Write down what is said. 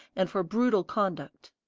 and for brutal conduct.